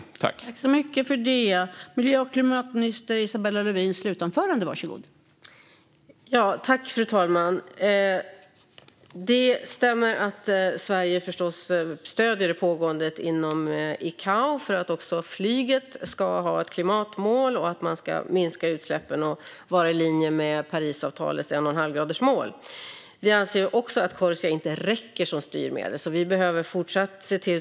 Har de fått någon kompensation?